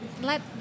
let